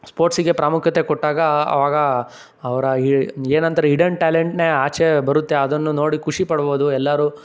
ಸ್ಪೋರ್ಟ್ಸಿಗೆ ಪ್ರಾಮುಖ್ಯತೆ ಕೊಟ್ಟಾಗ ಅವಾಗ ಅವರ ಇ ಏನಂತಾರೆ ಇಡನ್ ಟ್ಯಾಲೆಂಟ್ನೇ ಆಚೆ ಬರುತ್ತೆ ಅದನ್ನು ನೋಡಿ ಖುಷಿಪಡ್ಬೋದು ಎಲ್ಲರೂ